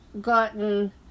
gotten